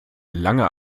lange